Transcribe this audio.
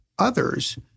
others